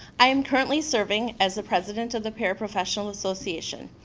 i'm currently serving as the president of the paraprofessional association.